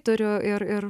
turiu ir ir